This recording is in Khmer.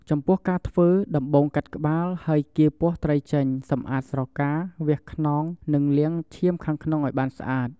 ចំពោះការធ្វើ ដំបូងកាត់ក្បាល ហើយកៀរពោះត្រីចេញ សម្អាតស្រកា វះខ្នង និងលាងឈាមខាងក្នុងឱ្យបានស្អាត។